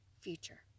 future